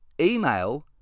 email